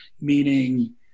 meaning